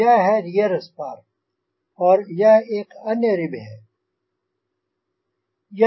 यह है rear spar और यह एक अन्य रिब है